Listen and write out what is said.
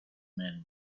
man